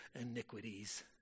iniquities